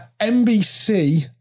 NBC